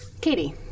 Katie